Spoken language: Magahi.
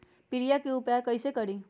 पीलिया के उपाय कई से करी?